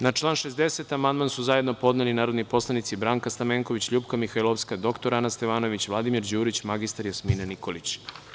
Na član 60. amandman su zajedno podneli narodni poslanici Branka Stamenković, LJupka Mihajlovska, dr Ana Stevanović, Vladimir Đurić i mr Jasmina Nikolić.